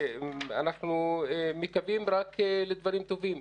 אנחנו מקווים רק לדברים טובים.